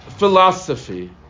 Philosophy